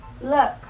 look